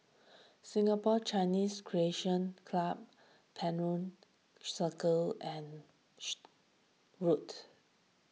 Singapore Chinese Recreation Club Penjuru Circle and what